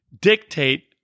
dictate